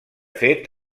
fet